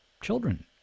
children